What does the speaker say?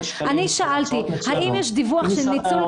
אני שאלתי - האם יש דיווח --- אם